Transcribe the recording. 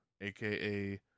aka